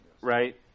right